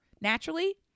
naturally